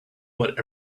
but